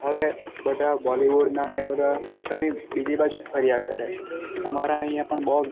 હવે બધાં બોલિવૂડના ને એ બધાં ત્યાં બીજી બાજુ જ ફર્યા કરે અમારા અહીંયા પણ બહુ